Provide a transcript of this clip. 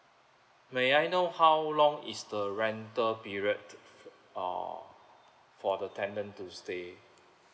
may I know how long is the rental period uh for the tenant to stay